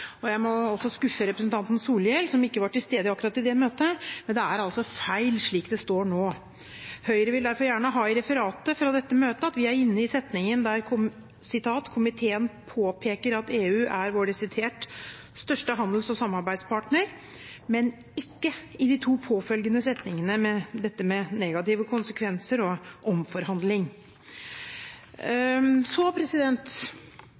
innstillingen. Jeg må også skuffe representanten Solhjell, som ikke var til stede i akkurat det møtet, men det er altså feil slik det står nå. Høyre vil derfor gjerne ha i referatet fra dette møtet at vi er inne i setningen der det står: «Komiteen påpeker at EU er vår desidert største handels- og samarbeidspartner.» Men vi skal ikke stå inne i de to påfølgende setningene, om negative konsekvenser og